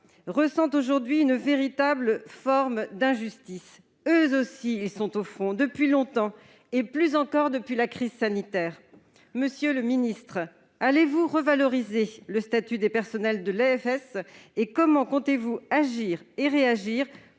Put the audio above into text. ressentent un profond sentiment d'injustice. Eux aussi sont au front, depuis longtemps, et plus encore depuis la crise sanitaire. Monsieur le ministre, allez-vous revaloriser le statut des personnels de l'EFS ? Comment comptez-vous agir et réagir